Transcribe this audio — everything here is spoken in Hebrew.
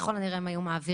ככל הנראה הם היו מעבירים.